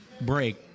break